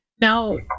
Now